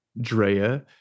Drea